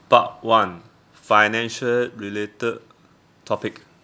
part one financial related topic